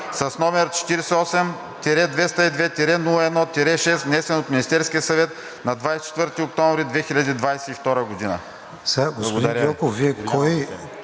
език, № 48-202-01-6, внесен от Министерския съвет на 24 октомври 2022 г.“